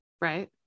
Right